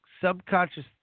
subconscious